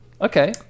okay